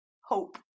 hope